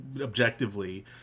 objectively